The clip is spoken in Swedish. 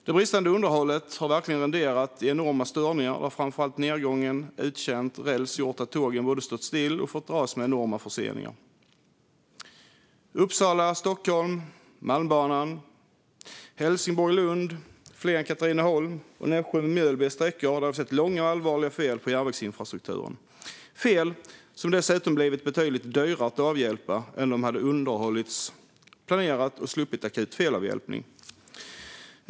Det bristande underhållet har verkligen renderat i enorma störningar där framför allt nedgången och uttjänt räls gjort att tågen både stått stilla och fått dras med enorma förseningar. Uppsala-Stockholm, Malmbanan, Helsingborg-Lund, Flen-Katrineholm och Nässjö-Mjölby är sträckor där vi har sett långa och allvarliga fel på järnvägsinfrastrukturen. Det är fel som dessutom blivit betydligt dyrare att avhjälpa än om järnvägsinfrastrukturen hade underhållits planerat och man sluppit akut felavhjälpning.